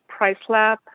PriceLab